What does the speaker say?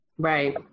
Right